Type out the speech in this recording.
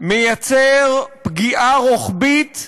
מייצר פגיעה רוחבית,